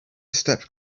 stepped